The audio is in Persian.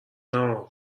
نهها